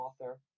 author